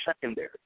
secondary